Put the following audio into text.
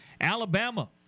Alabama